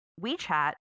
WeChat